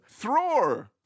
Thror